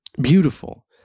beautiful